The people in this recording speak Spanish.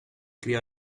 crió